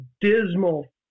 dismal